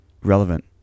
relevant